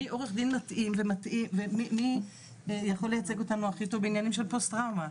עורך דין מתאים ומי יכול לייצג אותנו הכי טוב בעניינים של פוסט טראומה?